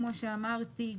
כפי שאמרתי,